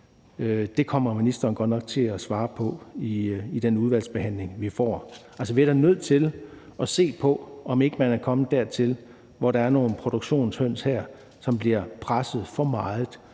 Det kommer ministeren godt nok til at svare på i den udvalgsbehandling, vi får. Vi er da nødt til at se på, om ikke man er kommet dertil, hvor der er nogle produktionshøns, som bliver presset for meget,